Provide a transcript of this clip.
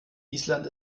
island